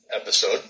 episode